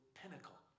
pinnacle